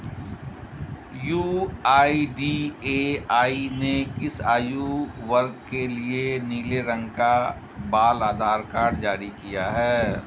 UIDAI ने किस आयु वर्ग के लिए नीले रंग का बाल आधार कार्ड जारी किया है?